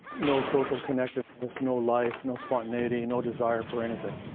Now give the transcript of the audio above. no social connectedness, no life, no spontaneity, and no desire for anything.